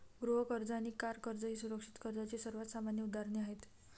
गृह कर्ज आणि कार कर्ज ही सुरक्षित कर्जाची सर्वात सामान्य उदाहरणे आहेत